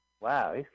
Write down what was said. Wow